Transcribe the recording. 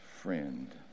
friend